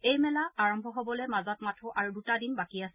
এই মেলা আৰম্ভ হ'বলৈ মাজত মাৰ্থো আৰু দুটা দিন বাকী আছে